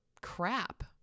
crap